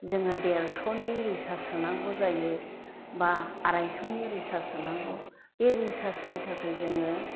जोङो देरस'नि रिसार्च सोनांगौ जायो बा आराइस'नि रिसार्च सोनांगौ बे रिसार्चनि थाखै जोङो